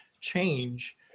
change